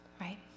right